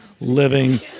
living